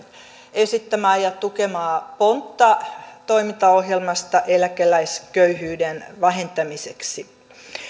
esittämää ja tukemaa pontta toimintaohjelmasta eläkeläisköyhyyden vähentämiseksi